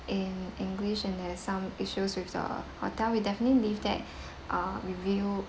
in english and there're some issues with the hotel we definitely leave that uh review